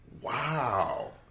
Wow